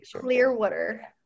Clearwater